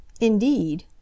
Indeed